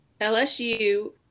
LSU